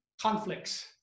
conflicts